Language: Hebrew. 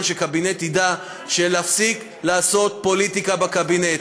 שהקבינט ידע להפסיק לעשות פוליטיקה בקבינט.